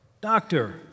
doctor